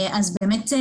אז באמת,